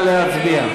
נא להצביע.